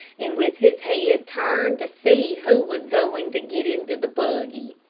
and with his head turned to see who was going to get into the buggy.